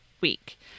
week